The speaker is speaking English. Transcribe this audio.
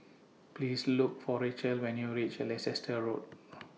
Please Look For Racheal when YOU REACH Leicester Road